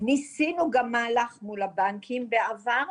ניסינו גם מהלך מול הבנקים בעבר,